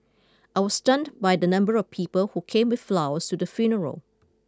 I was stunned by the number of people who came with flowers to the funeral